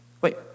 Wait